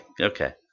okay